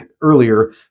earlier